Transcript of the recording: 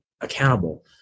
accountable